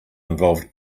involve